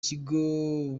kigo